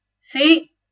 See